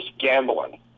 gambling